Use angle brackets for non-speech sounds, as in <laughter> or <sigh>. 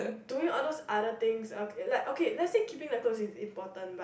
doing all those other things <noise> okay like okay let say keeping the clothes is important but